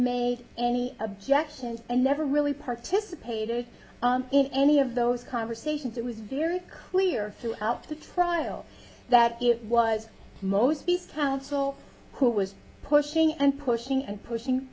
made any objections and never really participated in any of those conversations it was very clear throughout the trial that it was most peace counsel who was pushing and pushing and pushing